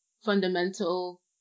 fundamental